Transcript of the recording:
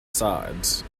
sides